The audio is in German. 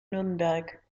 nürnberg